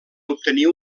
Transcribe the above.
obtenir